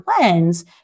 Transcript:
lens